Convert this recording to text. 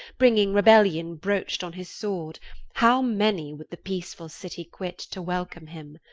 bringing rebellion broached on his sword how many would the peacefull citie quit, to welcome him?